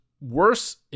worse